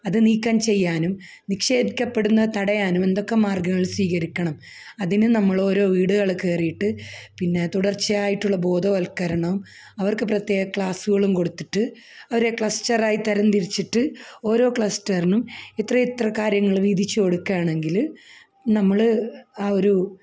അത് നീക്കം ചെയ്യാനും നിക്ഷേപിക്കപ്പെടുന്നതു തടയാനും എന്തൊക്കെ മാർഗ്ഗങ്ങൾ സ്വീകരിക്കണം അതിന് നമ്മളോരോ വീടുകള് കയറിയിട്ട് പിന്നെ തുടർച്ചയായിട്ടുള്ള ബോധവൽക്കരണം അവർക്ക് പ്രത്യേക ക്ലാസ്സുകളും കൊടുത്തിട്ട് അവരെ ക്ലസ്റ്ററായി തരംതിരിച്ചിട്ട് ഓരോ ക്ലസ്റ്ററിനും ഇത്രയിത്ര കാര്യങ്ങള് വീതിച്ചു കൊടുക്കുകയാണെങ്കില് നമ്മള് ആ ഒരൂ